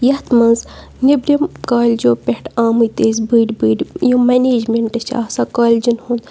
یَتھ منٛز نیٚبرِم کالجو پٮ۪ٹھ آمٕتۍ ٲسۍ بٔڑۍ بٔڑۍ یِم مٮ۪نیجمٮ۪نٛٹہٕ چھِ آسان کالجَن ہُنٛد